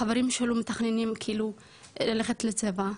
החברים שלו מתכננים כאילו ללכת לצבא,